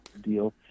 deal